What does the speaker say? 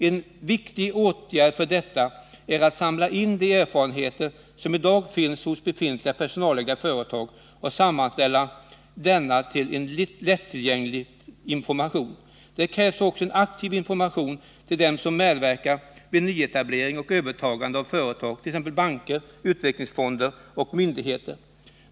En viktig åtgärd för detta är att samla in de erfarenheter som i dag finns hos befintliga personalägda företag och sammanställa dessa i en lättillgänglig information. Det krävs också en aktiv information till dem som medverkar vid nyetablering och övertagande av företag, t.ex. banker, utvecklingsfonder och myndigheter.